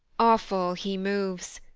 awful he moves,